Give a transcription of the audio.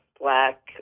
black